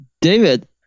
David